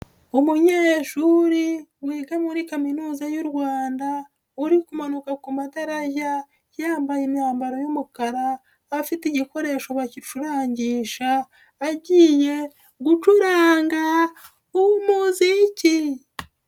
Umunyeshuri wiga muri Kaminuza y'u Rwanda uri kumanuka ku madarajya, yambaye imyambaro y'umukara afite igikoresho bagicurangisha agiye gucuranga umuzi.